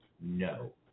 No